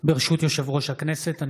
יושב-ראש הכנסת,